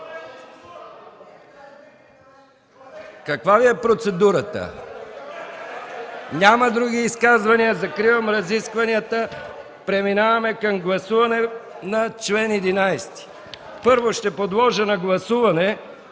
МИХАИЛ МИКОВ: Няма други изказвания. Закривам разискванията. Преминаваме към гласуване на чл. 11. Първо ще подложа на гласуване